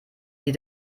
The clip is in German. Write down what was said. sie